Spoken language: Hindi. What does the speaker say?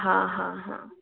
हाँ हाँ हाँ